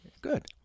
Good